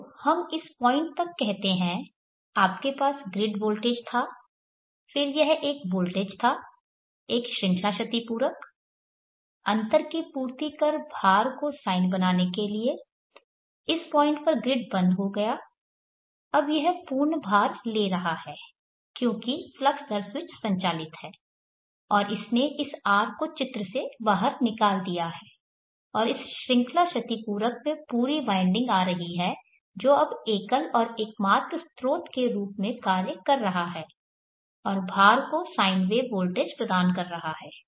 तो हम इस पॉइंट तक कहते हैं आपके पास ग्रिड वोल्टेज था फिर यह एक वोल्टेज था एक श्रृंखला क्षतिपूरक अंतर की पूर्ति कर भार को साइन बनाने के लिए इस पॉइंट पर ग्रिड बंद हो गया अब यह पूर्ण भार ले रहा है क्योंकि फ्लक्स दर स्विच संचालित है और इसने इस R को चित्र से बाहर निकाल दिया है और इस श्रृंखला क्षतिपूरक में पूरी वाइंडिंग आ रही है जो अब एकल और एकमात्र स्रोत के रूप में कार्य कर रहा है और भार को साइन वेव वोल्टेज प्रदान कर रहा है